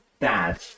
dad